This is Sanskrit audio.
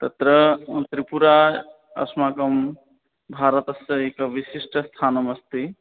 तत्र त्रिपुरा अस्माकं भारतस्य एकं विशिष्टस्थानमस्ति